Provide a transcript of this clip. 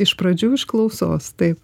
iš pradžių iš klausos taip